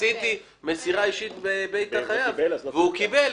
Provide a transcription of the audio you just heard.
עשיתי מסירה אישית בבית החייב והוא קיבל,